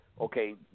okay